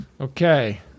Okay